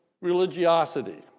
religiosity